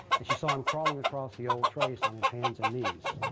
and she saw him crawling across the old trace on his hands and knees.